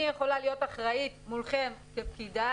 אני יכולה להיות אחראית מולכם כפקידה